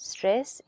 Stress